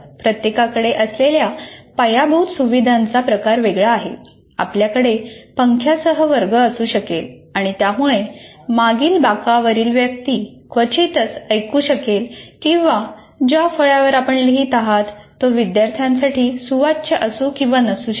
प्रत्येकाकडे असलेल्या पायाभूत सुविधांचा प्रकार वेगळा आहे आपल्याकडे पंख्यासह वर्ग असू शकेल आणि त्यामुळे मागील बाकावरील व्यक्ती क्वचितच ऐकू शकेल किंवा ज्या फळ्यावर आपण लिहीत आहात तो विद्यार्थ्यांसाठी सुवाच्य असू किंवा नसू शकेल